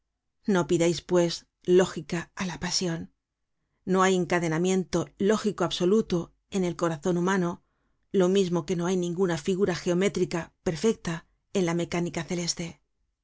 no pidais pues lógica á la pasion no hay encadenamiento lógico absoluto en el corazon humano lo mismo que no hay ninguna figura geométrica perfecta en la mecánica celeste